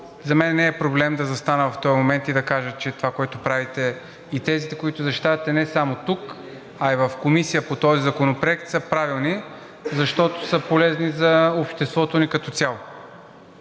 за мен не е проблем да застана в този момент и да кажа, че това, което правите, и тезите, които защитавате не само тук, а и в Комисията по този законопроект, са правилни, защото са полезни за обществото ни като цяло.